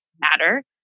matter